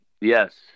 Yes